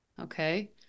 Okay